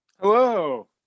Hello